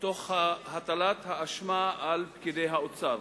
תוך הטלת האשמה על פקידי האוצר: